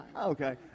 Okay